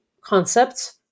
concepts